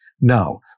Now